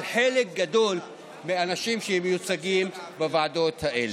חלק גדול מהאנשים שמייצגים בוועדות האלה.